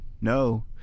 no